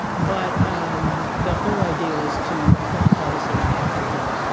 but um the whole idea was to affect policy on capitol hill.